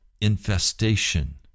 infestation